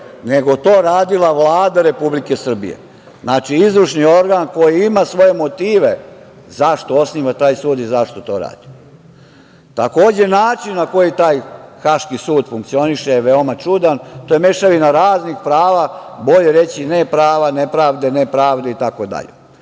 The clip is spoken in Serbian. nego to radila Vlada Republike Srbije, znači izvršni organ koji ima svoje motive zašto osnova taj sud i zašto to radi. Takođe, način na koji taj Haški sud funkcioniše je veoma čudan. To je mešavina raznih prava, bolje reći neprava, nepravde itd.